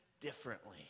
Differently